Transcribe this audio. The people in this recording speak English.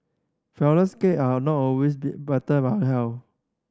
flourless cake are a not always better for health